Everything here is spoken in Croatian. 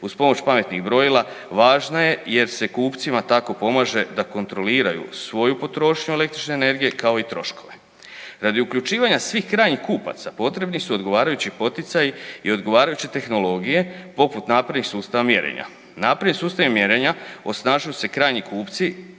uz pomoć pametnih brojila važna je jer se kupcima tako pomaže da kontroliraju svoju potrošnju električne energije kao i troškove. Radi uključivanja svih krajnjih kupaca potrebni su odgovarajući poticaji i odgovarajuće tehnologije poput naprednih sustava mjerenja. Naprednim sustavom mjerenja osnažuju se krajnji kupci